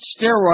Steroids